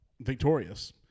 victorious